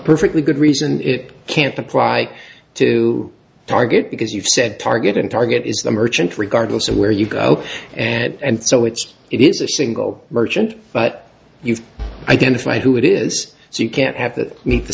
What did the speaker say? perfectly good reason it can't apply to target because you've said target and target is the merchant regardless of where you go and so it's it is a single merchant but you identify who it is so you can't have that meet the